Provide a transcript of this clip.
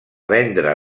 vendre